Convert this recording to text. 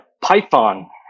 Python